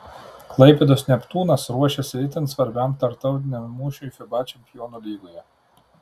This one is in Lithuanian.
klaipėdos neptūnas ruošiasi itin svarbiam tarptautiniam mūšiui fiba čempionų lygoje